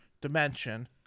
dimension